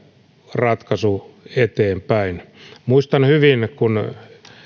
ratkaisu eteenpäin muistan hyvin kun